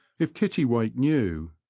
if kittiwake knew,